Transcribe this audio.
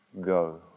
Go